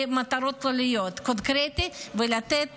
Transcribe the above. מטרות כלליות, קונקרטית, ולתת